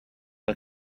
are